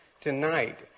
tonight